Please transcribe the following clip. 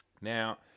Now